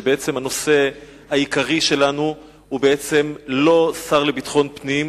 שבעצם הנושא העיקרי שלנו הוא לא השר לביטחון הפנים